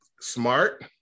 smart